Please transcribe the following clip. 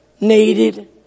needed